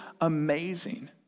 amazing